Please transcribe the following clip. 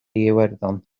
iwerddon